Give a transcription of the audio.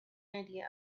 idea